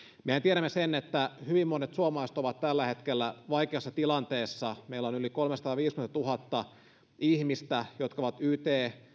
mehän tiedämme sen että hyvin monet suomalaiset ovat tällä hetkellä vaikeassa tilanteessa meillä on yli kolmesataaviisikymmentätuhatta ihmistä jotka ovat yt